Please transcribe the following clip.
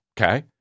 okay